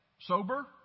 Sober